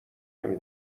نمی